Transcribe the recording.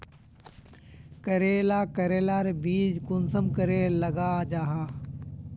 करेला करेलार बीज कुंसम करे लगा जाहा?